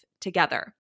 together